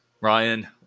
Ryan